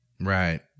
Right